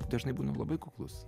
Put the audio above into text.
dažnai būna labai kuklūs